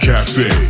Cafe